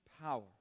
power